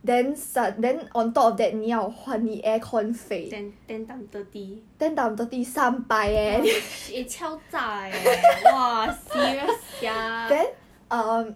ten ten time thirty ah eh 敲诈 eh !wah! serious sia